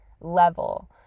level